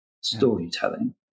storytelling